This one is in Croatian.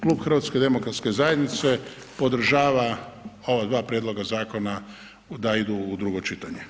Klub HDZ-a podržava ova dva prijedloga zakona da idu u drugo čitanje.